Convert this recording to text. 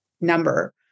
number